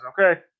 okay